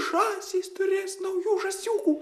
žąsys turės naujų žąsiukų